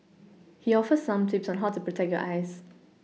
he offers some tips on how to protect your eyes